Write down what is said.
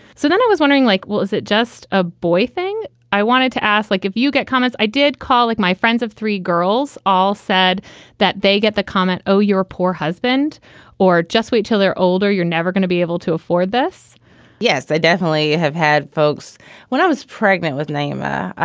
so then i was wondering, like, was it just a boy thing? i wanted to ask, like, if you get comments, i did call like my friends of three girls. all said that they get the comment, oh, your poor husband or just wait till they're older. you're never gonna be able to afford this yes, i definitely have had folks when i was pregnant with name, ah